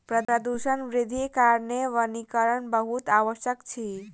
प्रदूषण वृद्धिक कारणेँ वनीकरण बहुत आवश्यक अछि